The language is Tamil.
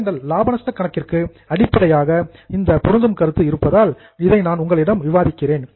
பி அண்ட் எல் லாப நஷ்ட கணக்கிற்கு அடிப்படையாக இந்த பொருந்தும் கருத்து இருப்பதால் இதை நான் உங்களிடம் விவாதிக்கிறேன்